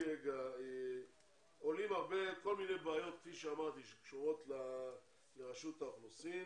עולות כל מיני בעיות שקשורות לרשות האוכלוסין.